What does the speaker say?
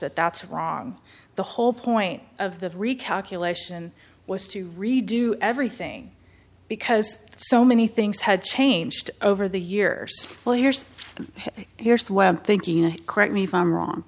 that that's wrong the whole point of the recalculation was to redo everything because so many things had changed over the years well here's here's where i think correct me if i'm wrong